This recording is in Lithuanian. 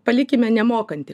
palikime nemokantį